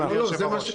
אדוני יושב-הראש.